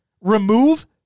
remove